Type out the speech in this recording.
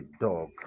dog